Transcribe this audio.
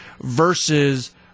versus